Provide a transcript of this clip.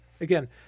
again